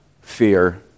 fear